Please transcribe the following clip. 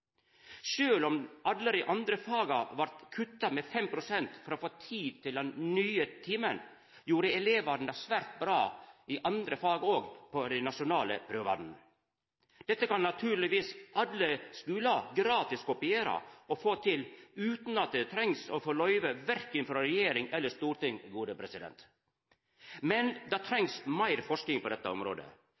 om alle dei andre faga vart kutta med 5 pst. for å få tid til den nye timen, gjorde elevane det svært bra òg på dei nasjonale prøvane. Dette kan naturlegvis alle skular gratis kopiera og få til utan at det trengst løyve verken frå regjering eller storting. Men det trengst meir forsking på dette området.